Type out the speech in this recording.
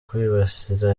kwibasira